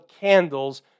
candles